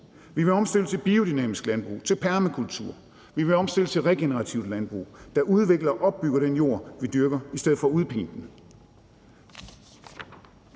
Vi vil omstille til biodynamisk landbrug, til permakultur, vi vil omstille til regenerativt landbrug, der udvikler og opbygger den jord, vi dyrker, i stedet for at udpine den.